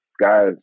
guys